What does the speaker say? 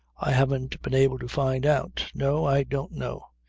i haven't been able to find out. no, i don't know.